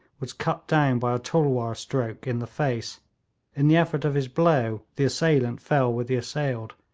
was cut down by a tulwar stroke in the face in the effort of his blow the assailant fell with the assailed,